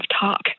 talk